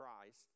Christ